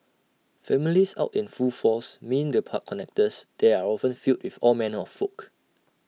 families out in full force mean the park connectors there are often filled with all manner of folk